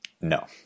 No